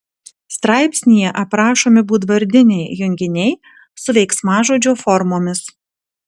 straipsnyje aprašomi būdvardiniai junginiai su veiksmažodžio formomis